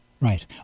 right